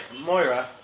Moira